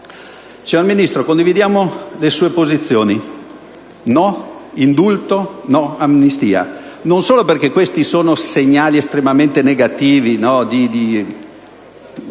Signor Ministro, condividiamo le sue posizioni: no all'indulto, no all'amnistia. Non solo perché sono segnali estremamente negativi